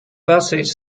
busses